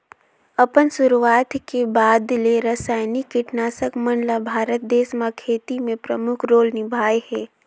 अपन शुरुआत के बाद ले रसायनिक कीटनाशक मन ल भारत देश म खेती में प्रमुख रोल निभाए हे